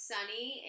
Sunny